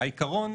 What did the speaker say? העיקרון